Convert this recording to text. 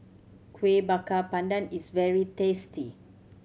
Kueh Bakar Pandan is very tasty